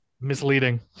Misleading